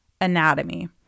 anatomy